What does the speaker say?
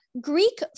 Greek